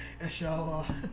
Inshallah